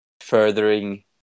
furthering